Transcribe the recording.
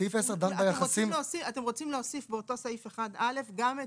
אתם רוצים להוסיף באותו סעיף 1א גם את